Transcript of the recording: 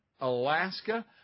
Alaska